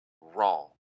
wrong